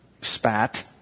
spat